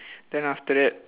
then after that